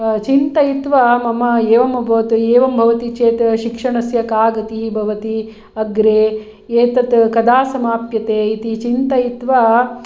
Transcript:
चिन्तयित्वा मम एवम् अभवत् एवं भवति चेत् शिक्षणस्य का गतिः भवति अग्रे एतत् कदा समाप्यते इति चिन्तयित्वा